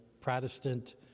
protestant